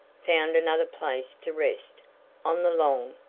found another place to rest on the long,